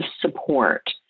support